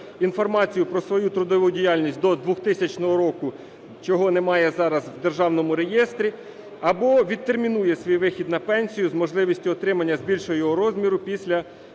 інформацію про свою трудову діяльність до 2000 року, чого немає зараз в Державному реєстрі, або відтермінує свій вихід на пенсію з можливістю збільшення його розміру після